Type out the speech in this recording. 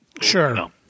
Sure